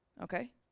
okay